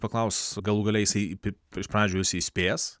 paklaus galų gale jisai iš pradžių jis įspės